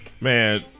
Man